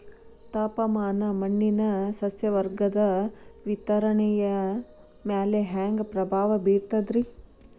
ತಾಪಮಾನ ಮಣ್ಣಿನ ಸಸ್ಯವರ್ಗದ ವಿತರಣೆಯ ಮ್ಯಾಲ ಹ್ಯಾಂಗ ಪ್ರಭಾವ ಬೇರ್ತದ್ರಿ?